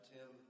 Tim